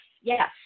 Yes